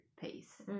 peace